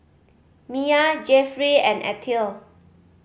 Mia Jeffrey and Ethyle